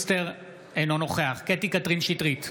אינו נוכח קטי קטרין שטרית,